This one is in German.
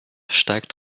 steigt